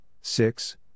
six